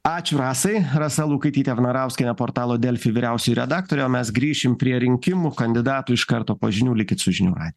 ačiū rasai rasa lukaitytė vnarauskienė portalo delfi vyriausioji redaktorė o mes grįšim prie rinkimų kandidatų iš karto po žinių likit su žinių ra